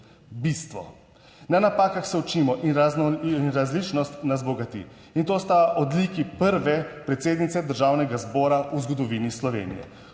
Bistvo. Na napakah se učimo in različnost nas bogati, in to sta odliki prve predsednice Državnega zbora v zgodovini Slovenije,